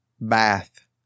BATH